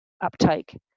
uptake